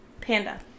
Panda